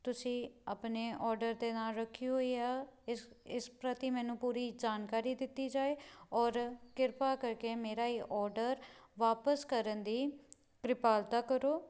ਤੁਸੀਂ ਆਪਣੇ ਔਡਰ ਦੇ ਨਾਲ ਰੱਖੀ ਹੋਈ ਆ ਇਸ ਇਸ ਪ੍ਰਤੀ ਮੈਨੂੰ ਪੂਰੀ ਜਾਣਕਾਰੀ ਦਿੱਤੀ ਜਾਵੇ ਔਰ ਕਿਰਪਾ ਕਰਕੇ ਮੇਰਾ ਇਹ ਔਡਰ ਵਾਪਿਸ ਕਰਨ ਦੀ ਕ੍ਰਿਪਾਲਤਾ ਕਰੋ